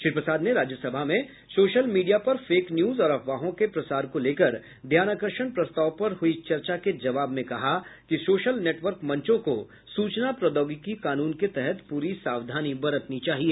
श्री प्रसाद ने राज्यसभा में social media पर फेक न्यूज और अफवाहों के प्रसार को लेकर ध्यानाकर्षण प्रस्ताव पर हुई चर्चा के जवाब में कहा कि सोशल नेटवर्क मंचों को सूचना प्रौद्योगिकी कानून के तहत पूरी सावधानी बरतनी चाहिए